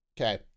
Okay